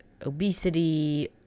obesity